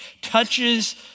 touches